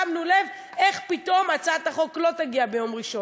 שמנו לב איך פתאום הצעת החוק לא תגיע ביום ראשון.